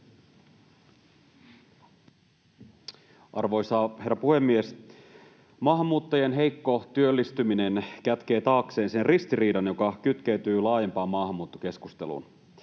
Arvoisa herra puhemies! Maahanmuuttajien heikko työllistyminen kätkee taakseen sen ristiriidan, joka kytkeytyy laajempaan maahanmuuttokeskusteluun.